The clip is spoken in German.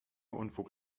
unfug